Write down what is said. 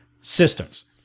systems